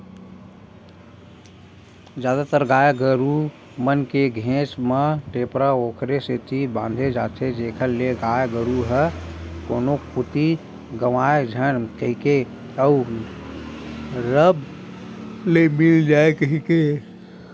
जादातर गाय गरु मन के घेंच म टेपरा ओखरे सेती बांधे जाथे जेखर ले गाय गरु ह कोनो कोती गंवाए झन कहिके अउ रब ले मिल जाय कहिके